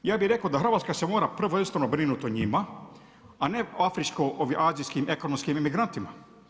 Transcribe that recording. Ja bih rekao da Hrvatska se mora prvenstveno brinuti o njima, a ne o afričko-azijskim ekonomskim emigrantima.